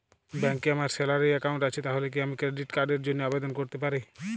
ব্যাংকে আমার salary account আছে তাহলে কি আমি ক্রেডিট কার্ড র জন্য আবেদন করতে পারি?